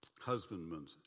husbandmen